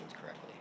correctly